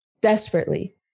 desperately